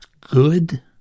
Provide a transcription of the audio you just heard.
Good